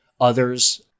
Others